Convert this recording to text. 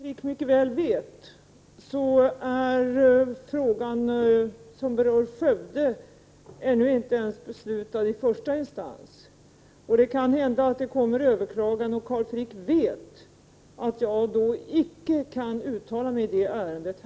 Herr talman! Som Carl Frick mycket väl vet har det ännu inte fattats beslut i första instans i frågan som berör Skövde. Det kan också komma ett överklagande senare. Carl Frick vet att jag här icke kan uttala mig i ärendet.